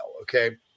okay